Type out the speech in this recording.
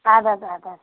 اَدٕ حظ اَدٕ حظ